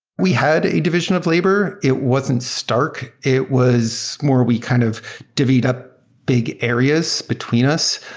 we had a division of labor. it wasn't stark. it was more we kind of divvied up big areas between us.